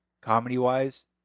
comedy-wise